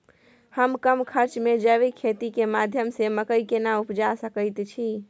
हम कम खर्च में जैविक खेती के माध्यम से मकई केना उपजा सकेत छी?